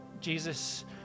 Jesus